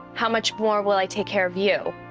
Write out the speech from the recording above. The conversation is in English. how much more will i take care of you?